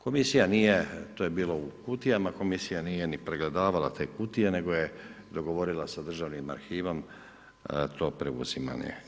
Komisija nije, to je bilo u kutijama, komisija nije ni pregledavala te kutije nego je dogovorila sa državnim arhivom to preuzimanje.